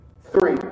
Three